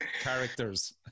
characters